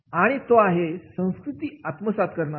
आणि तो आहे संस्कृती आत्मसात करणारा